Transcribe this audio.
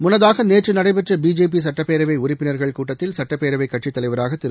முன்னதாக நேற்று நடைபெற்ற பிஜேபி சட்டப்பேரவை உறுப்பினர்கள் கூட்டத்தில் சட்டப்பேரவை கட்சி தலைவராக திரு